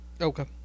Okay